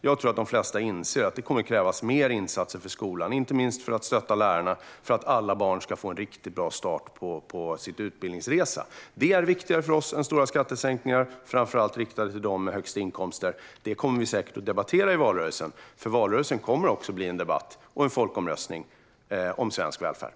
Jag tror att de flesta inser att det kommer att krävas mer insatser för skolan, inte minst när det gäller att stötta lärarna, för att alla barn ska få en riktigt bra start på sin utbildningsresa. Det är viktigare för oss än stora skattesänkningar framför allt riktade till dem med högst inkomster. Det kommer vi säkert att debattera i valrörelsen, för valrörelsen kommer också att innebära en debatt och vara en folkomröstning om svensk välfärd.